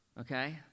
okay